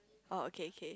oh okay okay